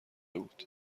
بود